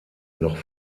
noch